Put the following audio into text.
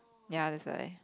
ya that's why